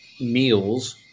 meals